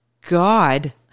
God